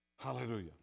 Hallelujah